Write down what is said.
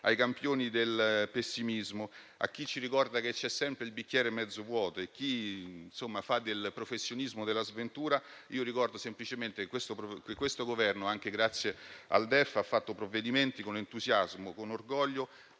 ai campioni del pessimismo, a chi ci ricorda che il bicchiere è sempre mezzo vuoto e a chi fa il professionista della sventura, ricordo semplicemente che questo Governo, anche grazie al DEF, ha adottato provvedimenti con entusiasmo e con orgoglio,